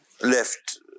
left